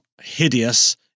hideous